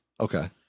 Okay